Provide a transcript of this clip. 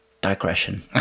digression